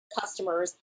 customers